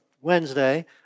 Wednesday